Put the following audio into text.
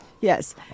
yes